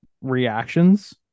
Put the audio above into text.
reactions